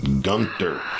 Gunter